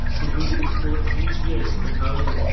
Civil score कि छियै समझाऊ?